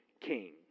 king